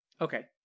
Okay